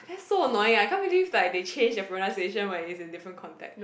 that so annoying I can't believe like they change the pronunciation when is in different context